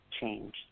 change